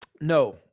no